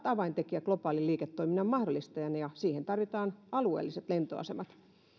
avaintekijä globaalin liiketoiminnan mahdollistajana ja siihen tarvitaan alueelliset lentoasemat